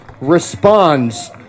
responds